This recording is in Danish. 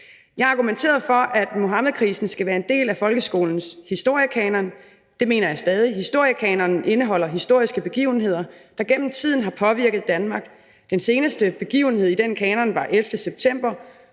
Jeg argumenterede for, at Muhammedkrisen skal være en del af folkeskolens historiekanon. Det mener jeg stadig. Historiekanonen indeholder historiske begivenheder, der gennem tiden har påvirket Danmark. Den seneste begivenhed i den kanon var begivenheden